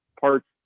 parts